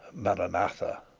maranatha!